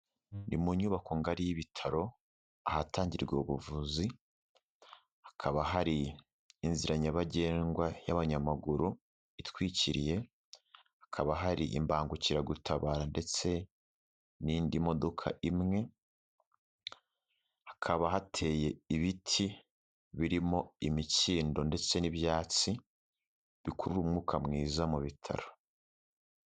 Ni mu nyubako ngari y'ibitaro ahatangirwa ubuvuzi, hakaba hari inzira nyabagendwa y'abanyamaguru itwikiriye, hakaba hari imbangukiragutabara ndetse n'indi modoka imwe, hakaba hateye ibiti birimo imikindo ndetse n'ibyatsi bikurura umwuka mwiza mu bitaro.